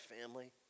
family